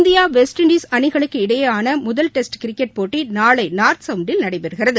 India West Indies அணிகளுக்கு இடையேயான முதல் டெஸ்ட் கிரிக்கெட் போட்டி நாளை நார்த்சவுண்டில் நடைபெறுகிறது